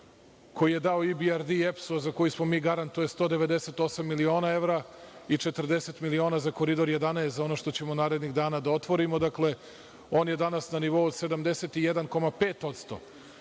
koji je dao IBRD EPS-u, a za koji smo mi garant, to je 198 miliona evra i 40 miliona za Koridor 11, ono što ćemo narednih dana da otvorimo, dakle, on je danas na nivou od 71,5%.Podsetiću